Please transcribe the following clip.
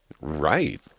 Right